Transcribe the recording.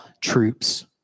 troops